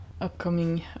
upcoming